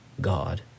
God